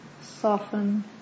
soften